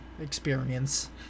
experience